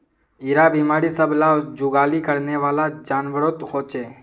इरा बिमारी सब ला जुगाली करनेवाला जान्वारोत होचे